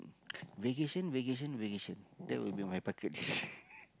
vacation vacation vacation that would be on my bucket list